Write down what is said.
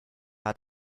hat